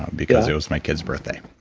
because it was my kid's birthday,